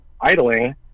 idling